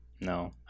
No